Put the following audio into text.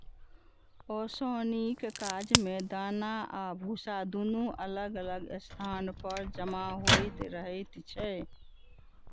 ओसौनीक काज मे दाना आ भुस्सा दुनू अलग अलग स्थान पर जमा होइत रहैत छै